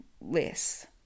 less